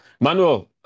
Manuel